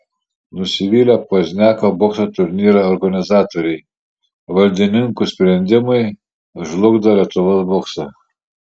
nusivylę pozniako bokso turnyro organizatoriai valdininkų sprendimai žlugdo lietuvos boksą